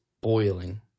boiling